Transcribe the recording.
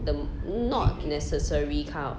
the not necessary kind of